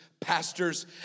pastors